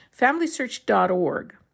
FamilySearch.org